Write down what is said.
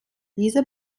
dieser